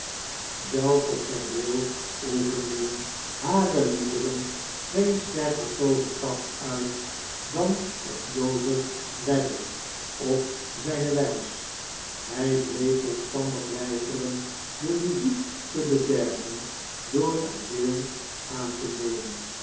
zelfs op vendale oefenden hare liederen geen sterker tooverkracht uit dan op jozef ladle op zyne wijs hjj bleef volstandig weigeren de muziek te bederven door er deel aantenemen en